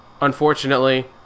unfortunately